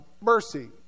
mercy